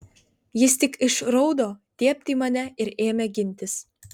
jis tik išraudo dėbt į mane ir ėmė gintis